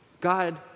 God